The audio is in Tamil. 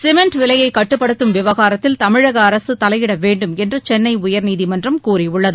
சிமெண்ட் விலையை கட்டுப்படுத்தும் விவகாரத்தில் தமிழக அரசு தலையிட வேண்டும் என்று சென்னை உயர்நீதிமன்றம் கூறியுள்ளது